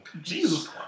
Jesus